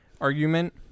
argument